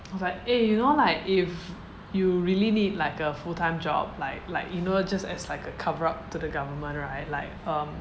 he was like eh you know like if you really need like a full time job like like you know just as like a cover up to the government right like